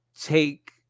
take